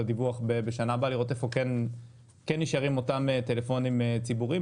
הדיווח בשנה הבאה ולראות ולהבין איפה כן נשארים אותם טלפונים ציבוריים,